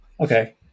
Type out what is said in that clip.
Okay